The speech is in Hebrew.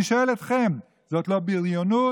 אני שואל אתכם, זאת לא בריונות?